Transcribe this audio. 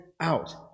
out